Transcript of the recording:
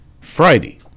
Friday